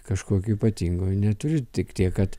kažkokio ypatingo neturi tik tiek kad